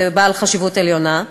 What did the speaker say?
ובעל חשיבות עליונה,